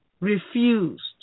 refused